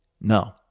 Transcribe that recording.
No